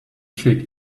kick